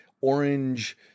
orange